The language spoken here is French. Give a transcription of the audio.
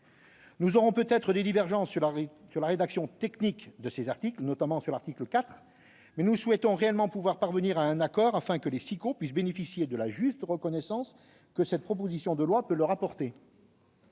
Nous aurons peut-être des divergences sur la rédaction « technique » de ces articles, notamment à l'article 4, mais nous souhaitons réellement parvenir à un accord, afin que les SIQO puissent bénéficier de la juste reconnaissance que cette proposition de loi peut leur apporter.